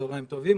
צהריים טובים,